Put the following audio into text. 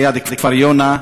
ליד כפר-יונה.